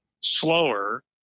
slower